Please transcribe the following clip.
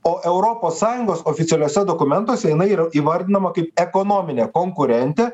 o europos sąjungos oficialiuose dokumentuose jinai yra įvardinama kaip ekonominė konkurentė